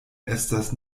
estas